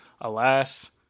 alas